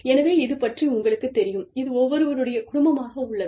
எனவே இது பற்றி உங்களுக்கு தெரியும் இது ஒவ்வொருவருடைய குடும்பமாக உள்ளது